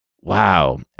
wow